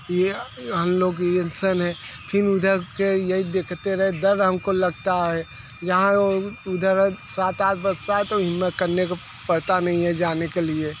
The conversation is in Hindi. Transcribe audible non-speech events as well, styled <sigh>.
ये हम लोग <unintelligible> है फिर उधर के यही देखते रहे डर हमको लगता है यहाँ उधर सात आठ बजता है तो हिम्मत करने को पड़ता नहीं जाने के लिए